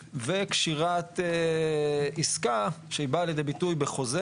וקשירת עסקה שהיא באה לידי ביטוי בחוזה.